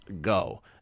go